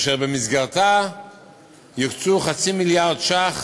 ובמסגרתה יוקצו חצי מיליארד ש"ח